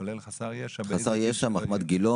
כולל חסר ישע --- חסר ישע - מחמת גילו,